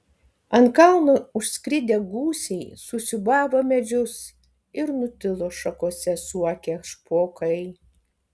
ant kalno užskridę gūsiai susiūbavo medžius ir nutilo šakose suokę špokai